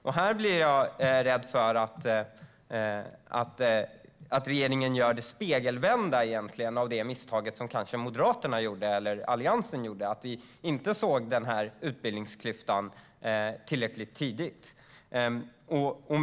Jag är rädd för att regeringen gör det omvända i förhållande till det misstag som Moderaterna och Alliansen gjorde när vi inte såg utbildningsklyftan tillräckligt tidigt.